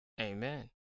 Amen